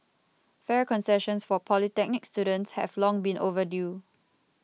fare concessions for polytechnic students have long been overdue